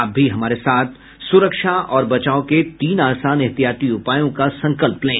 आप भी हमारे साथ सुरक्षा और बचाव के तीन आसान एहतियाती उपायों का संकल्प लें